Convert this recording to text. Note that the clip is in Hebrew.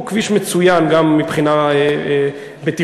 שהוא כביש מצוין גם מבחינה בטיחותית,